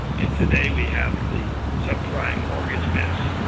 and today we have the subprime mortgage mess,